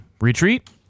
retreat